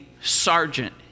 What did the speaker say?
Sergeant